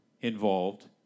involved